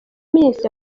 minsi